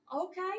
Okay